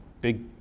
big